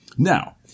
Now